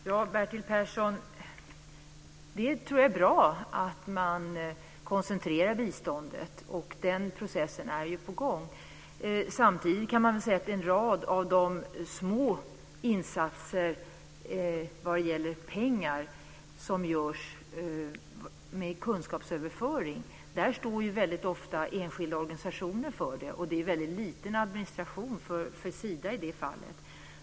Fru talman! Ja, Bertil Persson, jag tror att det är bra att koncentrera biståndet; den processen är också på gång. Men samtidigt kan man väl säga att det väldigt ofta är enskilda organisationer som står för den rad av små insatser vad gäller pengar som görs med kunskapsöverföring. Det är en väldigt liten administration för Sida i det fallet.